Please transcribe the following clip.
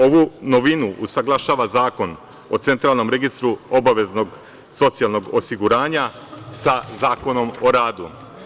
Ovu novinu usaglašava Zakon o centralnom registru obaveznog socijalnog osiguranja sa Zakonom o radu.